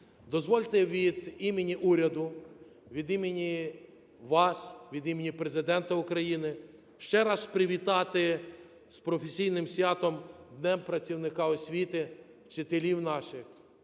Дозвольте від імені уряду, від імені вас, від імені Президента України ще раз привітати з професійним святом – Днем працівника освіти, - вчителів наших,